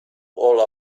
all